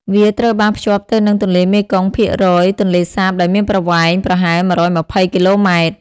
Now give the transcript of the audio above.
វាត្រូវបានភ្ជាប់ទៅនឹងទន្លេមេគង្គតាមរយ ទន្លេសាបដែលមានប្រវែងប្រហែល ១២០ គីឡូម៉ែត្រ។